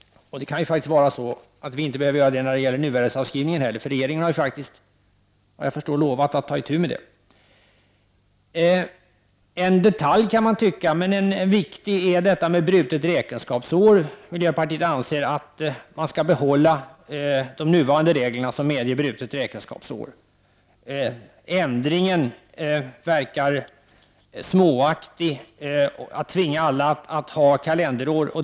Det kan ju också vara så att vi inte heller behöver göra det när det gäller nuvärdesavskrivningen. Regeringen har faktiskt lovat att ta itu med det. En viktig detalj är det brutna räkenskapsåret. Miljöpartiet anser att de nuvarande reglerna skall behållas som medger brutet räkenskapsår. Det verkar småaktigt att tvinga alla till att tillämpa kalenderår.